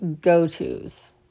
go-tos